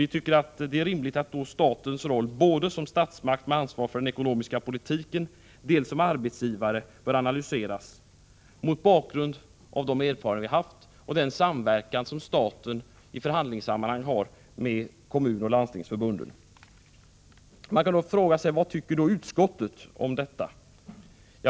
Vi tycker att det är rimligt att statens roll, både som statsmakt med ansvar för den ekonomiska politiken och som arbetsgivare, analyseras mot bakgrund av de erfarenheter vi har och mot bakgrund av den samverkan som staten i förhandlingssammanhang har med kommunoch landstingsförbunden. Vad tycker nu utskottsmajoriteten om detta?